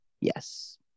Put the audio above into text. Yes